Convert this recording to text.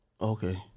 Okay